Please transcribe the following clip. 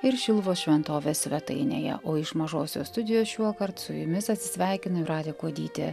ir šiluvos šventovės svetainėje o iš mažosios studijos šiuokart su jumis atsisveikina jūratė kuodytė